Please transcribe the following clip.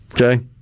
Okay